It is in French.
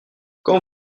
quand